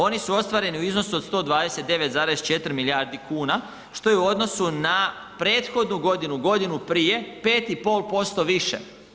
Oni su ostvareni u iznosu 129,4 milijardi kuna što je u odnosu na prethodnu godinu, godinu prije 5,5% više.